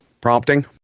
Prompting